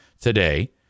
today